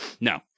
No